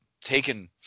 taken